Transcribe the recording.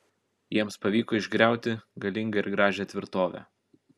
jiems pavyko išgriauti galingą ir gražią tvirtovę